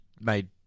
made